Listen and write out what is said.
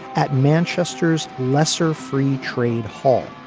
at manchester's lesser free trade hall.